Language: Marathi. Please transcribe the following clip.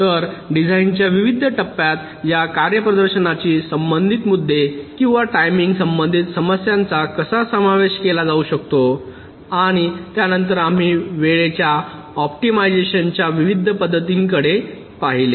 तर डिझाइनच्या विविध टप्प्यात या कार्यप्रदर्शनाशी संबंधित मुद्दे किंवा टायमिंग संबंधित समस्यांचा कसा समावेश केला जाऊ शकतो आणि त्यानंतर आम्ही वेळेच्या ऑप्टिमायझेशनच्या विविध पद्धतींकडे पाहिले